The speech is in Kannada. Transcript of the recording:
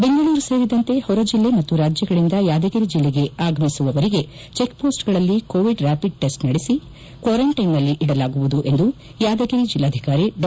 ಬೆಂಗಳೂರು ಸೇರಿ ದಂತೆ ಹೊರಜಿಲ್ಲೆ ಮತ್ತು ರಾಜ್ಯಗಳಿಂದ ಯಾದಗಿರಿ ಜಿಲ್ಲೆಗೆ ಆಗಮಿಸುವವರಿಗೆ ಚೆಕ್ಪೋಸ್ಟಗಳಲ್ಲಿ ಕೋವಿಡ್ ರ್ಕಾಪಿಡ್ ಟೆಸ್ಟ್ ನಡೆಸಿ ಕ್ವಾರಂಟೈನ್ಲ್ಲಿ ಇಡಲಾಗುವುದು ಎಂದು ಯಾದಗಿರಿ ಜಿಲ್ಲಾಧಿಕಾರಿ ಡಾ